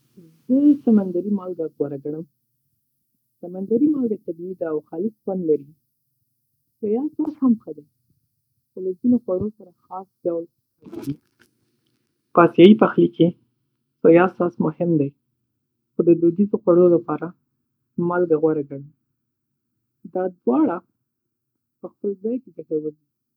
زه سمندری مالګه غوره ګڼم. سمندری مالګه طبیعي ده او خالص خوند لري. سویا ساس هم ښه دی، خو له ځینو خوړو سره خاص ډول کارېږي. په آسیایي پخلي کې سویا ساس مهم دی. خو د دودیزو خوړو لپاره مالګه غوره ګڼم. دا دواړه په خپل ځای ګټور دي.